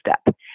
step